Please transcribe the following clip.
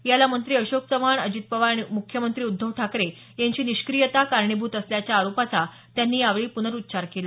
याला मंत्री अशोक चव्हाण अजित पवार आणि मुख्यमंत्री उद्धव ठाकरे यांची निष्क्रीयता कारणीभूत असल्याच्या आरोपाचा त्यांनी यावेळी पुनरुच्चार केला